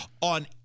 on